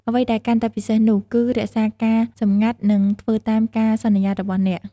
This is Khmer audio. អ្វីដែលកាន់តែពិសេសនោះ គឺរក្សាការសម្ងាត់ និងធ្វើតាមការសន្យារបស់អ្នក។